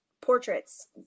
portraits